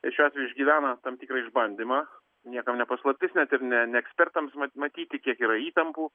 šiuo atveju išgyvena tam tikrą išbandymą niekam ne paslaptis net ir ne ne ekspertams mat matyti kiek yra įtampų